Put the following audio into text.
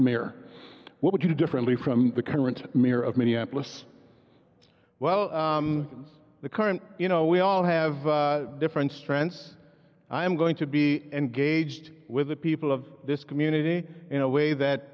mayor what would you do differently from the current mayor of minneapolis well the current you know we all have different strengths i am going to be engaged with the people of this community in a way that